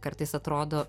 kartais atrodo